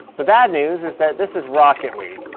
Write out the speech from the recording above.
the bad news is that this is rocket league.